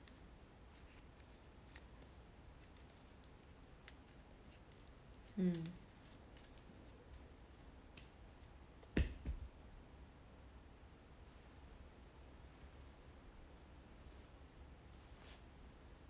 mm